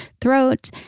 throat